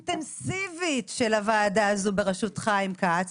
אינטנסיבית של הוועדה הזו בראשות חיים כץ,